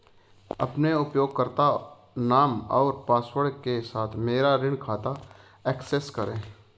अपने उपयोगकर्ता नाम और पासवर्ड के साथ मेरा ऋण खाता एक्सेस करें